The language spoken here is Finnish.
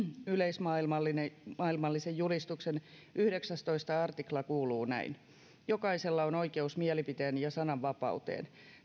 yleismaailmallisen julistuksen yhdeksästoista artikla kuuluu näin jokaisella on oikeus mielipiteen ja sananvapauteen